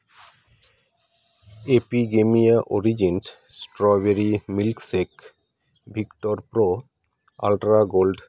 Epigamia originals strawberry milk shake victor pro ultra gold